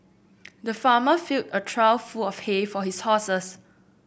the farmer filled a trough full of hay for his horses